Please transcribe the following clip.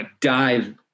dive